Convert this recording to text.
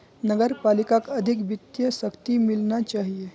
नगर पालिकाक अधिक वित्तीय शक्ति मिलना चाहिए